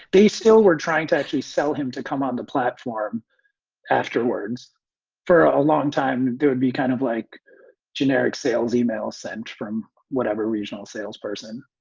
they still were trying to actually sell him to come on the platform afterwards for a long time. it would be kind of like generic sales email sent from whatever regional salesperson